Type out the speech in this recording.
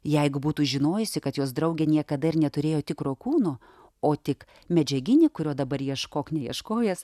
jeigu būtų žinojusi kad jos draugė niekada ir neturėjo tikro kūno o tik medžiaginį kurio dabar ieškok neieškojęs